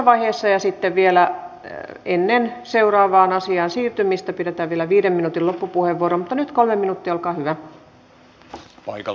turvapaikanhakijoiden määrän kasvusta aiheutuneiden tehtävien hoidosta riippumatta on olennaista säilyttää riittävä turvallisuuden taso myös poliisin muiden tehtävien osalta